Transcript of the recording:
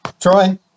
Troy